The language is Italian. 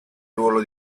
ruolo